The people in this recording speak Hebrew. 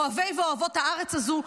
אוהבי ואוהבות את הארץ הזו,